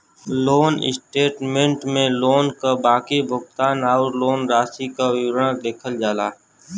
loan statement में loan क बाकी भुगतान आउर लोन राशि क विवरण देखल जाला